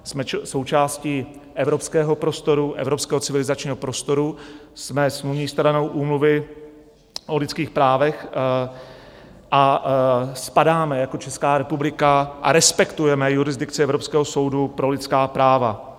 Jsme součástí evropského prostoru, evropského civilizačního prostoru, jsme smluvní stranou Úmluvy o lidských právech a spadáme jako Česká republika a respektujeme jurisdikci Evropského soudu pro lidská práva.